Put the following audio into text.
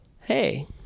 Hey